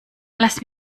lass